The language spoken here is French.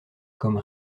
comme